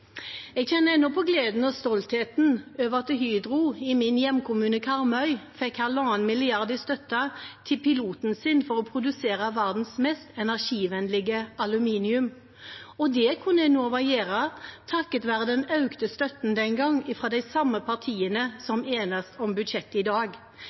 Jeg kjenner ennå på gleden og stoltheten over at Hydro i min hjemkommune, Karmøy, fikk 1,5 mrd. kr i støtte til en pilot for å produsere verdens mest energivennlige aluminium. Det kunne Enova gjøre takket være den økte støtten den gang fra de samme partiene som enes om budsjettet i dag.